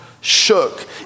shook